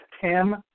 Tim